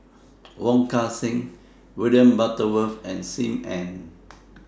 Wong Kan Seng William Butterworth and SIM Ann